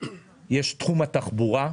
תחום התחבורה.